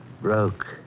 broke